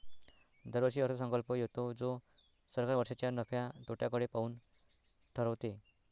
दरवर्षी अर्थसंकल्प येतो जो सरकार वर्षाच्या नफ्या तोट्याकडे पाहून ठरवते